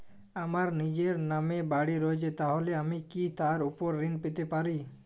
আমার নিজের নামে বাড়ী রয়েছে তাহলে কি আমি তার ওপর ঋণ পেতে পারি?